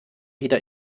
wieder